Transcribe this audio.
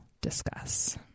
discuss